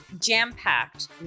jam-packed